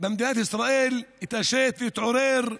במדינת ישראל יתעשת ויתעורר.